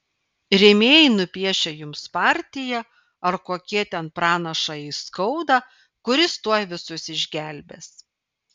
rėmėjai nupiešia jums partiją ar kokie ten pranašą aiskaudą kuris tuoj visus išgelbės